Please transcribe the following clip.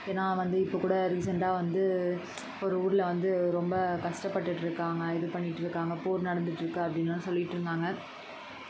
ஏன்னா வந்து இப்போக்கூட ரீசன்ட்டாக வந்து ஒரு ஊரில் வந்து ரொம்ப கஸ்டப்பட்டுகிட்டு இருக்காங்கள் இது பண்ணிகிட்ருக்காங்க போர் நடந்துட்ருக்குது அப்படின்லாம் சொல்லிகிட்ருந்தாங்க